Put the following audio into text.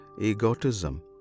egotism